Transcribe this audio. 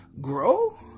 grow